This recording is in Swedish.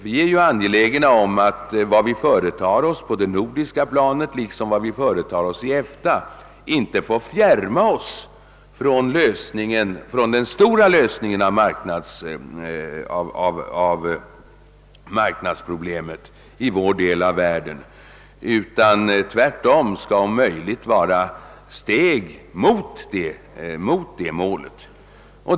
Vi är angelägna om att vad vi företar oss på det nordiska planet liksom vad vi företar oss i EFTA inte skall fjärma oss från lösningen av problemet med den stora marknaden i vår del av världen. Det vi gör skall tvärtom om möjligt föra oss ett steg mot målet.